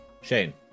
Shane